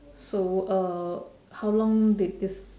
so uh how long did this